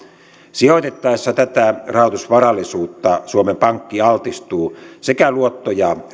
sijoitettaessa tätä rahoitusvarallisuutta suomen pankki altistuu sekä luotto ja